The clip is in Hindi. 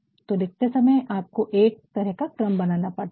तो लिखते समय आपको एक तरह का क्रम बनाना पड़ता है